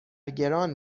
گران